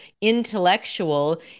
intellectual